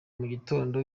mugitondo